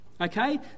Okay